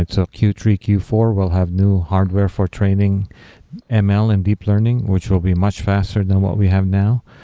so q three, q four, we'll have new hardware for training and ml and deep learning, which will be much faster than what we have now.